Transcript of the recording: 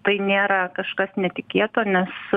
tai nėra kažkas netikėto nes